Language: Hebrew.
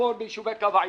בצפון ביישובי קו העימות,